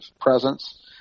presence